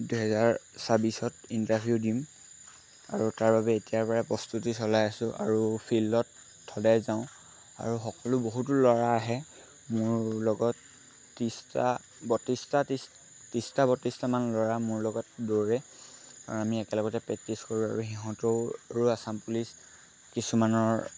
দুহেজাৰ ছাব্বিছত ইণ্টাৰভিউ দিম আৰু তাৰ বাবে এতিয়াৰপৰাই প্ৰস্তুতি চলাই আছোঁ আৰু ফিল্ডত সদায় যাওঁ আৰু সকলো বহুতো ল'ৰা আহে মোৰ লগত ত্ৰিছটা বত্ৰিছটা ত্ৰিছ ত্ৰিছটা বত্ৰিছটামান ল'ৰা মোৰ লগত দৌৰে আৰু আমি একেলগতে প্ৰেক্টিছ কৰোঁ আৰু সিহঁতৰো আচাম পুলিচ কিছুমানৰ